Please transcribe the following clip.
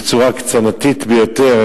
בצורה מוקצנת ביותר,